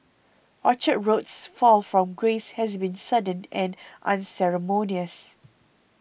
Orchard Road's fall from grace has been sudden and unceremonious